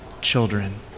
children